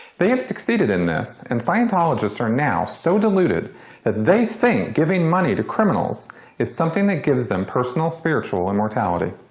they have succeeded in this and scientologists are now so deluded that they think giving money to criminals is something that gives them personal spiritual immortality.